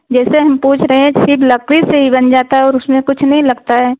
जैसे हम पूछ रहे हैं सिर्फ लकड़ी से ही बन जाता और उसमे कुछ नहीं लगता है